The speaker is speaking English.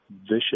vicious